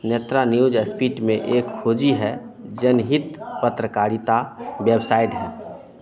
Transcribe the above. Netra news स्पीट में एक खोजी है जनहित पत्रकारिता बेवसाइट है